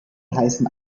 heißen